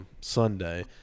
Sunday